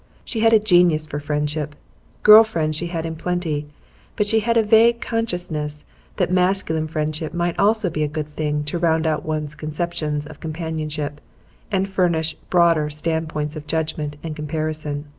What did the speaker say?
she had a genius for friendship girl friends she had in plenty but she had a vague consciousness that masculine friendship might also be a good thing to round out one's conceptions of companionship and furnish broader standpoints of judgment and comparison.